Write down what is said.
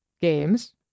games